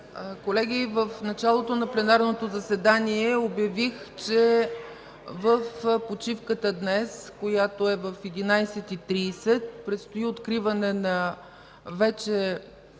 Колеги, в началото на пленарното заседание обявих, че почивката днес е в 11,30 ч. Предстои откриване на вече